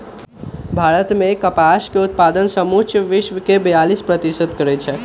भारत मे कपास के उत्पादन समुचे विश्वके बेयालीस प्रतिशत करै छै